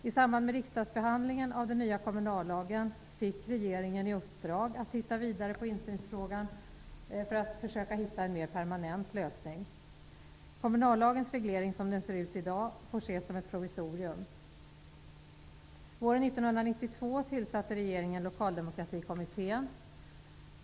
I samband med riksdagsbehandlingen av den nya kommunallagen fick regeringen i uppdrag att titta vidare på insynsfrågan för att försöka finna en mer permanent lösning. Kommunallagens reglering -- som den ser ut i dag -- får ses som ett provisorium. Lokaldemokratikommittén.